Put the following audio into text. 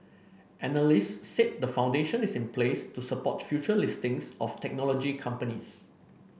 analysts said the foundation is in place to support future listings of technology companies